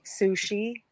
Sushi